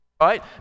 Right